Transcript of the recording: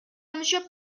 monsieur